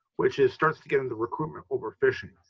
which is starts to get into recruitment over fishing.